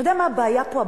אתה יודע מה הבעיה פה?